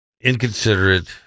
inconsiderate